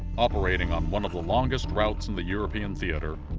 operating on one of the longest routes in the european theater,